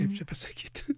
kaip čia pasakyt